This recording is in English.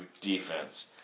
defense